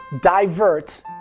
divert